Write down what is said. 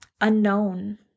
unknown